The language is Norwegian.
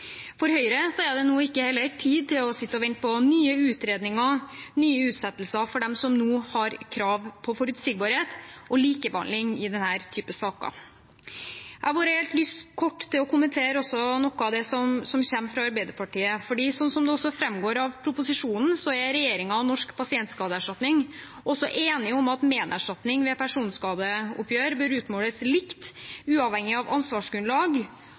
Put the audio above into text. For Høyre er det nå heller ikke tid til å sitte og vente på nye utredninger og nye utsettelser for dem som nå har krav på forutsigbarhet og likebehandling i denne typen saker. Jeg har også lyst til kort å kommentere noe som kommer fra Arbeiderpartiet. Som det framgår av proposisjonen, er regjeringen og Norsk pasientskadeerstatning enige om at menerstatning ved personskadeoppgjør bør utmåles likt, uavhengig av ansvarsgrunnlag,